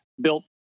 built